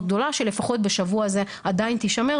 גדולה שלפחות בשבוע הזה עדיין תישמר,